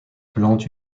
plante